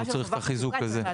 הוא צריך את החיזוק הזה.